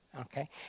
okay